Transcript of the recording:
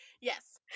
Yes